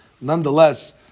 nonetheless